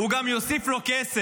הוא גם יוסיף לו כסף,